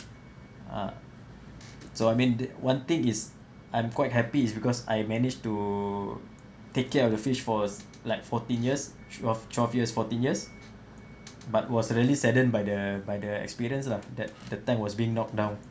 ah so I mean the one thing is I'm quite happy is because I managed to take care of the fish for like fourteen years twelve twelve years fourteen years but was really saddened by the by the experience lah that the tank was being knocked down